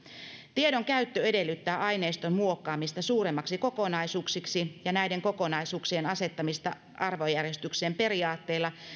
tiedon käyttö edellyttää aineiston muokkaamista suuremmiksi kokonaisuuksiksi ja näiden kokonaisuuksien asettamista arvojärjestykseen periaatteilla